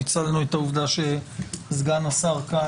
ניצלנו את העובדה שסגן השר כאן.